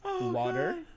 water